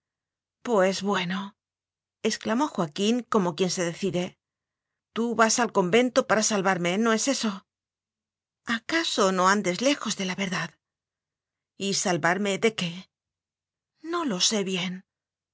pues buenoexclamó joaquín como quien se decide tú vas al convento para salvarme no es eso acaso no andes lejos de la verdad y salvarme de qué no lo sé bien